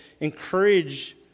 encourage